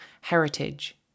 heritage